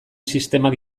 sistemak